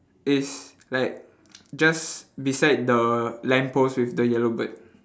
it's like just beside the lamppost with the yellow bird